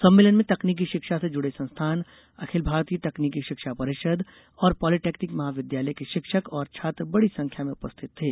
सम्मेलन में तकनीकी शिक्षा से जुड़े संस्थान अखिल भारतीय तकनीकी शिक्षा परिषद और पॉलिटेक्निक महाविद्यालय के शिक्षक और छात्र बड़ी संख्या में उपस्थित थे